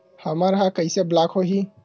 हमर ह कइसे ब्लॉक होही?